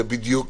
זה בדיוק